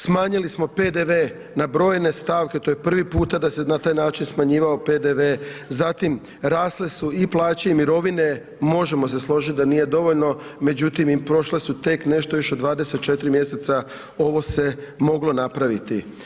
Smanjili smo PDV na brojne stavke, to je prvi puta, da se na taj način smanjivao PDV, zatim rasle su i plaće i mirovine, možemo se složiti da nije dovoljno, međutim, i prošle su tek nešto više od 24 mj. ovo se je moglo napraviti.